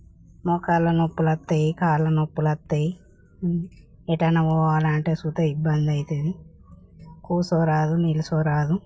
మోకాళ్ళ నొప్పులు వస్తాయి కాళ్ళ నొప్పులు వస్తాయి ఎటు అయినా పోవాలి అంటే కూడా ఇబ్బంది అవుతుంది కూర్చోరాదు నిల్చోరాదు